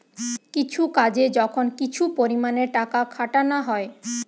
কিছু কাজে যখন কিছু পরিমাণে টাকা খাটানা হয়